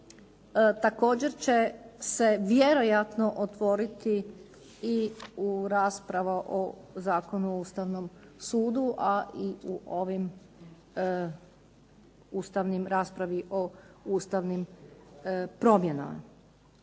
također će se vjerojatno otvoriti i rasprava o Zakonu o Ustavnom sudu, a i rasprava o ustavnim promjenama.